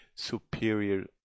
superior